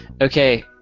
Okay